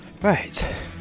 Right